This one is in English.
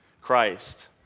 Christ